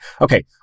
Okay